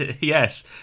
yes